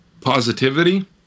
Positivity